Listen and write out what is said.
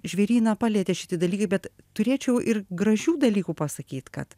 žvėryną palietė šiti dalykai bet turėčiau ir gražių dalykų pasakyt kad